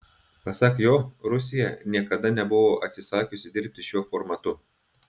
pasak jo rusija niekada nebuvo atsisakiusi dirbti šiuo formatu